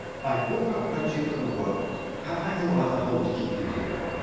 i would not hurt you for the world. have i no other hold to keep you here?